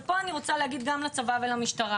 ופה אני רוצה להגיד לצבא ולמשטרה,